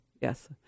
Yes